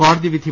കോടതി വിധി